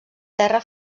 terra